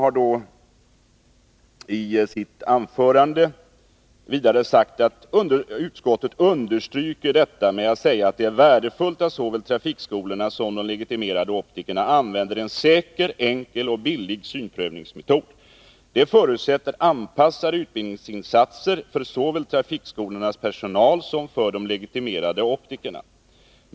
I sitt anförande sade Rolf Clarkson vidare: ”Utskottet understryker detta med att säga att det är värdefullt att såväl trafikskolorna som de legitimerade optikerna använder en säker, enkel och billig synprövningsmetod. Det förutsätter anpassade utbildningsinsatser för såväl trafikskolornas personal som för de legitimerade optikerna.